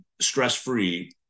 stress-free